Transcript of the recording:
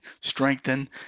strengthen